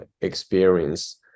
experience